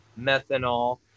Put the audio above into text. methanol